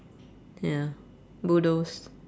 ya bulldozed